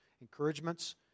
encouragements